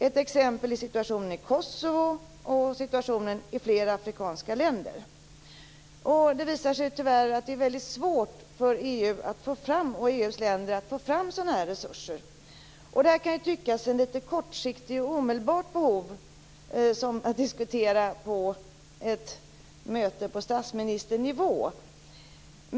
Ett exempel är situationen i Kosovo och situationen i flera afrikanska länder. Det visar sig tyvärr att det är svårt för EU och EU:s länder att få fram sådana här resurser. Det här kan tyckas som ett lite kortsiktigt och omedelbart behov att diskutera på ett möte på statsministernivå.